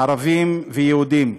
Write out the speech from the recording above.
ערבים ויהודים,